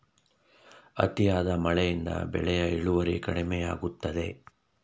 ಅತಿಯಾದ ಮಳೆಯಿಂದ ಬೆಳೆಯ ಇಳುವರಿ ಕಡಿಮೆಯಾಗುತ್ತದೆ